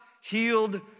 healed